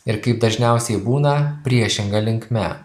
ir kaip dažniausiai būna priešinga linkme